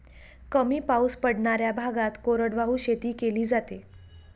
कमी पाऊस पडणाऱ्या भागात कोरडवाहू शेती केली जाते